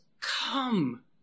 come